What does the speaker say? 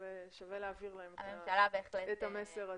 שווה להעביר אליהם את המסר הזה.